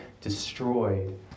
destroyed